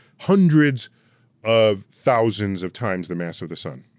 hundreds of thousands of times the mass of the sun.